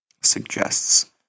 suggests